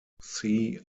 see